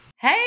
Hey